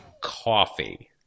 coffee